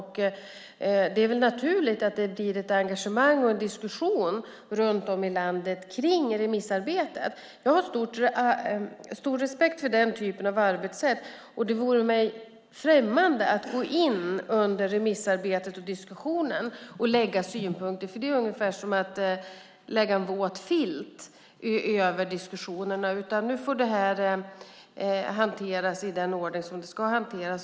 Det är naturligt att det blir ett engagemang och en diskussion i landet kring remissarbetet. Jag har stor respekt för den typen av arbetssätt. Det vore mig främmande att gå in under remissarbetet och diskussionen och anlägga synpunkter. Det är ungefär som att lägga en våt filt över diskussionerna. Nu får det här hanteras i den ordning som det ska hanteras.